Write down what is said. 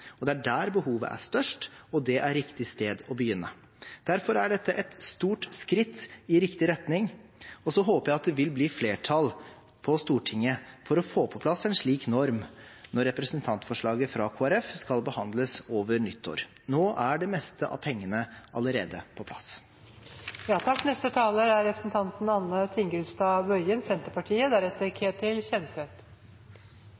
klassetrinnene. Det er der behovet er størst, og det er riktig sted å begynne. Derfor er dette et stort skritt i riktig retning. Jeg håper at det vil bli flertall på Stortinget for å få på plass en slik norm når representantforslaget fra Kristelig Folkeparti skal behandles over nyttår. Nå er det meste av pengene allerede på plass.